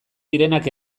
direnak